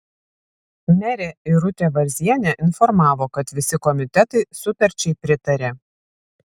merė irutė varzienė informavo kad visi komitetai sutarčiai pritarė